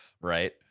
Right